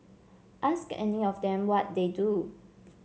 ask any of them what they do